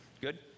Good